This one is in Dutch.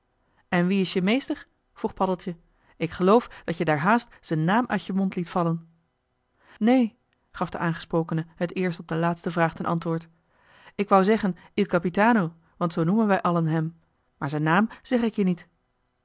en wie is je meester vroeg paddeltje ik geloof dat je daar haast z'n naam uit je mond liet vallen néén gaf de aangesprokene het eerst op de laatste vraag ten antwoord ik wou zeggen il capitano want zoo noemen wij allen hem maar zijn naam zeg ik je niet